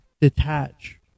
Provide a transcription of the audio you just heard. detach